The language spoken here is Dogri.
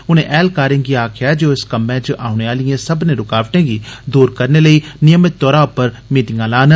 उनें ऐह्लकारें गी आखेआ जे ओह् इस कम्मै च औने आह्ली सब्मनें रूकावटें गी दूर करने लेई नियमित तौर उप्पर मीटिंगां लान